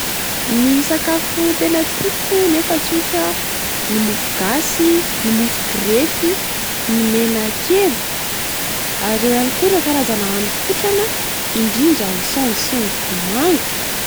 Ny sakafo tena tiako nefa tsotra: ny mofo gasy, ny mofo grefy, ny menakely. Ary eo ihany koa ireo karazana anikotrana indrindra ny saonjo sy ny vomanga.